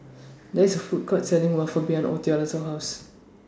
There IS A Food Court Selling Waffle behind Ottilia's House